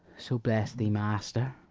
so, bless thee, master!